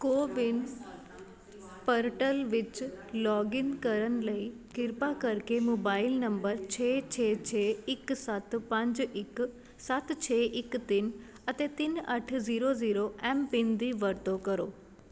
CoWIN portal ਵਿੱਚ login ਕਰਨ ਲਈ ਕਿਰਪਾ ਕਰਕੇ ਮੋਬਾਈਲ ਨੰਬਰ ਛੇ ਛੇ ਛੇ ਇੱਕ ਸੱਤ ਪੰਜ ਇੱਕ ਸੱਤ ਛੇ ਇੱਕ ਤਿੰਨ ਅਤੇ ਤਿੰਨ ਅੱਠ ਜ਼ੀਰੋ ਜ਼ੀਰੋ ਐੱਮ ਪਿੰਨ ਦੀ ਵਰਤੋਂ ਕਰੋ